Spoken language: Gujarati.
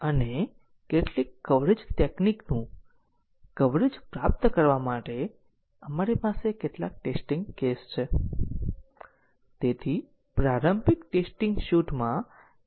તેથી સાયક્લોમેટિક કોમ્પલેક્ષીટી એક ખૂબ જ મહત્વપૂર્ણ સંખ્યા છે